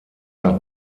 nach